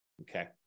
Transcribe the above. okay